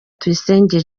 tuyisenge